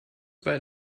bei